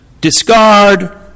discard